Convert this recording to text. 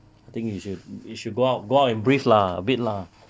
I think you should you should go out go out and breathe lah a bit lah